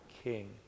king